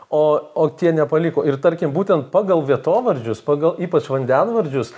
o o tie nepaliko ir tarkim būtent pagal vietovardžius pagal ypač vandenvardžius